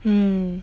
mm